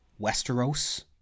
Westeros